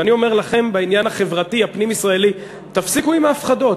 ואני אומר לכם בעניין החברתי הפנים-ישראלי: תפסיקו עם ההפחדות.